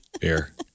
Beer